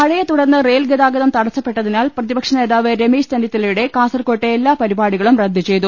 മഴയെതുടർന്ന് rail ഗതാഗതം തടസ്സപ്പെട്ടതിനാൽ പ്രതി പക്ഷനേതാവ് രമേശ് ചെന്നിത്തലയുടെ കാസർകോട്ടെ എല്ലാ പരി പാടികളും റദ്ദ് ചെയ്തു